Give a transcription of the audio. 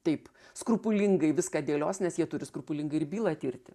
taip skrupulingai viską dėlios nes jie turi skrupulingai ir bylą tirti